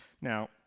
Now